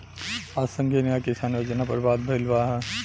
आज संघीय न्याय किसान योजना पर बात भईल ह